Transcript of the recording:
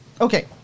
Okay